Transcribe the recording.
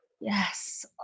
Yes